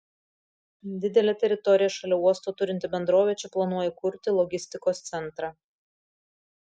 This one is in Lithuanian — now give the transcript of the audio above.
didelę teritoriją šalia uosto turinti bendrovė čia planuoja įkurti logistikos centrą